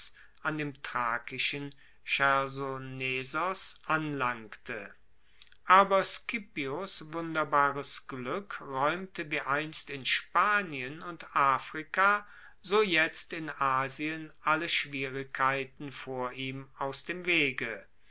an dem thrakischen chersonesos anlangte aber scipios wunderbares glueck raeumte wie einst in spanien und afrika so jetzt in asien alle schwierigkeiten vor ihm aus dem wege